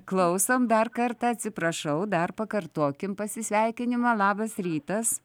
klausom dar kartą atsiprašau dar pakartokim pasisveikinimą labas rytas